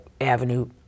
Avenue